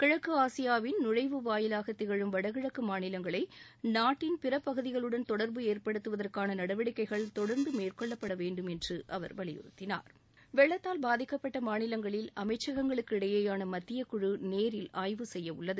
கிழக்கு ஆசியாவின் நுழைவுவாயிலாக திகழும் வடகிழக்கு மாநிலங்களை நாட்டின் பிற பகுதிகளுடன் தொடர்பு ஏற்படுத்துவதற்கான நடவடிக்கைகள் தொடர்ந்து மேற்கொள்ளப்பட வேண்டும் என்று அவர் வலியுறுத்தினார் வெள்ளத்தால் பாதிக்கப்பட்ட மாநிலங்களில் அமைச்சகங்களுக்கு இடையேயாள மத்திய குழு நேரில் ஆய்வு செய்ய உள்ளது